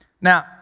Now